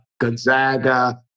Gonzaga